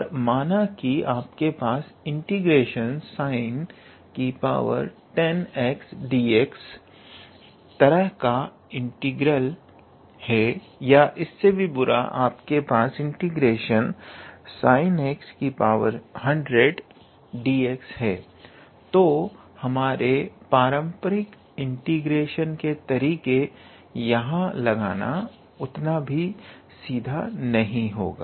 पर माना कि आपके पास ∫ 𝑠𝑖𝑛10𝑥𝑑𝑥 तरह का इंटीग्रल है या उससे भी बुरा आपके पास ∫ 𝑠𝑖𝑛100𝑥𝑑𝑥 है तो हमारे पारंपरिक इंटीग्रेशन के तरीके यहां लगाना उतना भी सीधा नहीं होगा